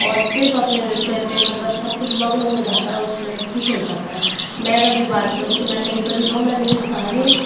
और सिर्फ़ अपने नृत्य पे मतलब सब कुछ मग्न हो जाता है उस में ख़ुश हो जाता है मैं अगर मेरी बात करूँ तो मैं कहीं पर भी जाऊँ मैं मेरे सारे